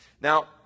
Now